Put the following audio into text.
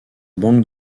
banque